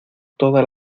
toda